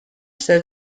said